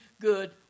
good